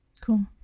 Cool